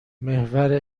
محور